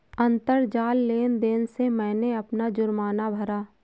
अंतरजाल लेन देन से मैंने अपना जुर्माना भरा